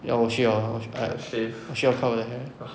ya 我需要我需 I 我需要 cut 我的 hair